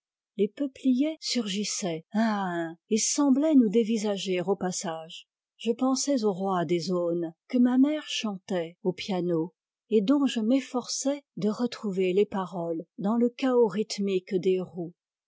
les peupliers surgissaient un à un et semblaient nous dévisager au passage je pensais au roi des aulnes que ma mère chantait au piano et dont je m'efforçais de retrouver les paroles dans le cahot rythmique des roues